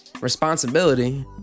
responsibility